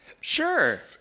Sure